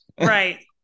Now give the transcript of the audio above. Right